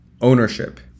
ownership